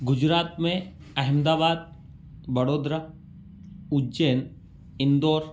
गुजरात में अहमदाबाद बड़ोदरा उज्जैन इंदौर